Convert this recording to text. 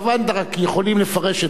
רק יכולים לפרש את דבריך.